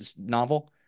novel